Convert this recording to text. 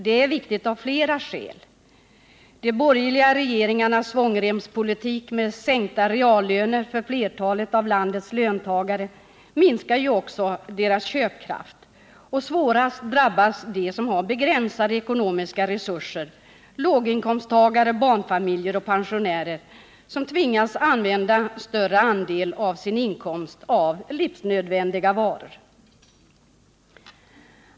Det är viktigt av flera skäl. De borgerliga regeringarnas svångremspolitik med en sänkning av reallönerna för flertalet av landets löntagare minskar ju också dessas köpkraft. Svårast drabbas de som har begränsade ekonomiska resurser, låginkomsttagare, barnfamiljer och pensionärer, som tvingas använda en större andel av sin inkomst för livsnödvändiga varor.